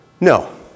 No